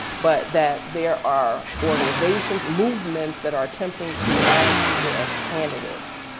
but that there are organizations movements that are attempting to run people as candidates.